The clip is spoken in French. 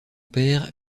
père